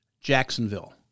Jacksonville